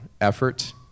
effort